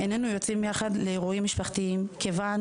איננו יוצאים יחד לאירועים משפחתיים כיוון